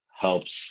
helps